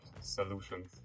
solutions